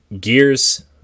gears